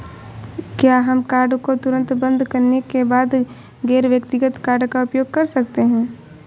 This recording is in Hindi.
क्या हम कार्ड को तुरंत बंद करने के बाद गैर व्यक्तिगत कार्ड का उपयोग कर सकते हैं?